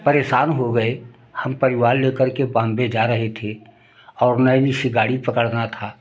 परेशान हो गए हम परिवार ले करके बाम्बे जा रहे थे और नैनी से गाड़ी पकड़ना था